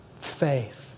faith